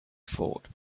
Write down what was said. fort